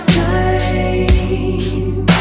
time